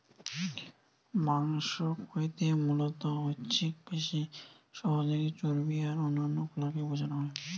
মাংস কইতে মুলত ঐছিক পেশি, সহযোগী চর্বী আর অন্যান্য কলাকে বুঝানা হয়